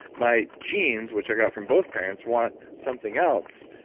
my genes, which i got from both parents want something else.